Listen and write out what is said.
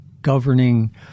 governing